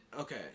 Okay